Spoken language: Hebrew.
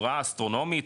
בצורה אסטרונומית,